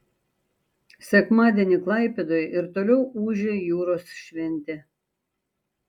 sekmadienį klaipėdoje ir toliau ūžė jūros šventė